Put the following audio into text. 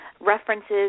references